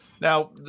Now